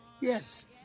yes